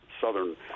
southern